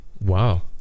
Wow